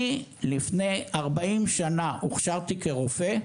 אני לפני 40 שנה הוכשרתי כרופא,